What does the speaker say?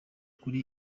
kuri